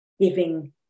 giving